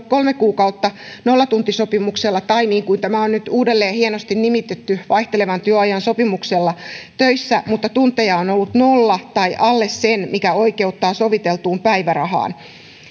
kolme kuukautta nollatuntisopimuksella tai niin kuin tämä on nyt uudelleen hienosti nimitetty vaihtelevan työajan sopimuksella töissä mutta tunteja on ollut nolla tai alle sen mikä oikeuttaa soviteltuun päivärahaan